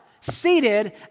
Seated